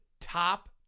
top